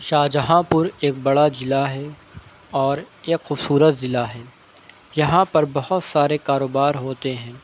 شاہجہانپور ایک بڑا ضلع ہے اور ایک خوبصورت ضلع ہے یہاں پر بہت سارے کاروبار ہوتے ہیں